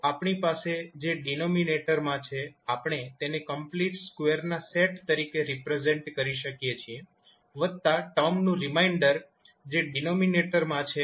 તો આપણી પાસે જે ડિનોમિનેટરમાં છે આપણે તેને કમ્પ્લીટ સ્ક્વેરના સેટ તરીકે રિપ્રેઝેન્ટ કરી શકીએ છીએ વતા ટર્મનું રિમાઇન્ડર જે ડિનોમિનેટરમાં છે